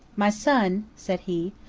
my son, said he,